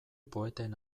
poeten